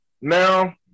Now